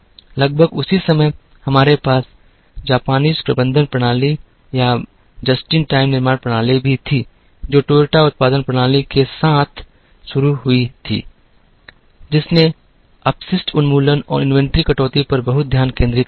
लगभग उसी समय हमारे पास जापानी प्रबंधन प्रणाली या बस समय निर्माण प्रणाली भी थी जो टोयोटा उत्पादन प्रणाली के साथ शुरू हुई थी जिसने अपशिष्ट उन्मूलन और इन्वेंट्री कटौती पर बहुत ध्यान केंद्रित किया था